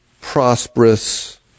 prosperous